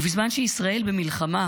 ובזמן שישראל במלחמה